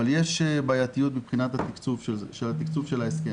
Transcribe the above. יש בעייתיות מבחינת התקצוב של ההסכם.